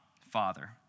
Father